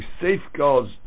safeguards